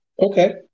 okay